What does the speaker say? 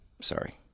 Sorry